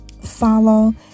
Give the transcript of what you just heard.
follow